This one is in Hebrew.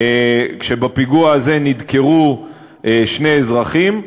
ובפיגוע הזה נדקרו שני אזרחים.